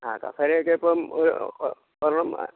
ആ കസരയൊക്കെ ഇപ്പം ഒ ഒരെണ്ണം